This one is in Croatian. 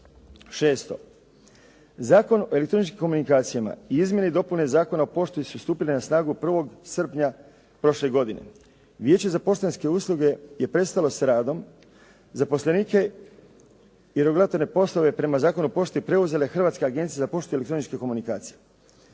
Šesto, Zakon o elektroničkim komunikacijama i izmjene i dopune Zakona o pošti su stupile na snagu 1. srpnja prošle godine. Vijeće za poštanske usluge je prestalo s radom, zaposlenike i regulatorne poslove prema Zakonu o poštu je preuzela Hrvatska agencija za poštu i elektroničke komunikacije.